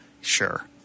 sure